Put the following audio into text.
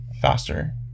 faster